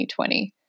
2020